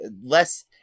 less